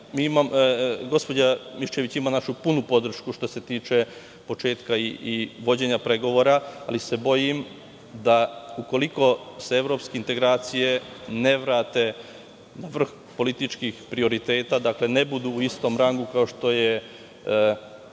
Miščević ima našu punu podršku što se tiče početka i vođenja pregovora, ali se bojim da ukoliko se evropske integracije ne vrate u vrh političkih prioriteta, dakle, ne budu u istom rangu kao što je ekonomski